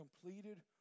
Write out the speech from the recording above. completed